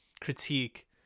critique